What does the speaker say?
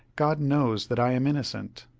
god knows that i am innocent.